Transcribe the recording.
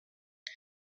این